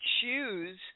choose